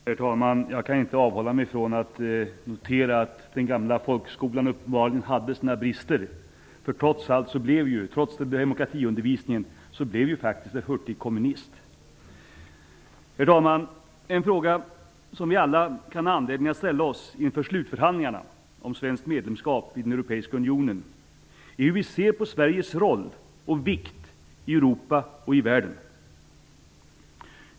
Herr talman! Jag kan inte avhålla mig från att notera att den gamla folkskolan uppenbarligen hade sina brister. Trots demokratiundervisningen blev faktiskt herr Hurtig kommunist. Herr talman! En fråga som vi alla kan ha anledning att ställa oss inför slutförhandlingarna om svenskt medlemskap i den europeiska unionen är hur vi ser på Sveriges roll och vikt i Europa och i världen.